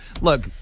Look